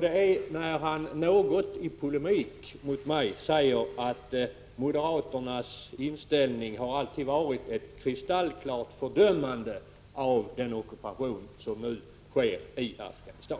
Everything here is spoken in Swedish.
Det var när han, något i polemik mot mig, sade att moderaternas inställning alltid har varit ett kristallklart fördömande av den ockupation som nu äger rum i Afghanistan.